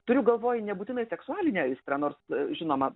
turiu galvoj nebūtinai seksualinę aistrą nors žinoma